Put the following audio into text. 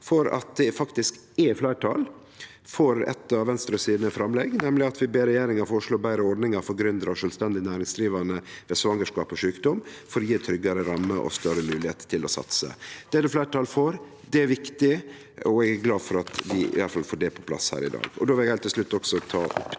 for at det faktisk blir fleirtal for eit av Venstres framlegg, nemleg om å be regjeringa føreslå betre ordningar for gründerar og sjølvstendig næringsdrivande ved svangerskap og sjukdom for å gje ei tryggare ramme og større moglegheit til å satse. Det blir det fleirtal for, det er viktig, og eg er glad for at vi i alle fall får det på plass her i dag. Så vil eg heilt til slutt ta opp